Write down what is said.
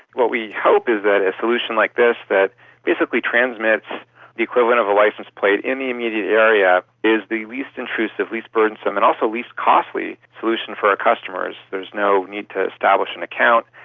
what we hope is that a solution like this that basically transmits the equivalent of a license plate in the immediate area is the least intrusive, least burdensome and also least costly solution for our customers. there is no need to establish an account.